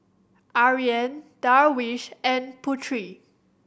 Aryan Darwish and Putri